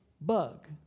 bug